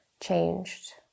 changed